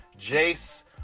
Jace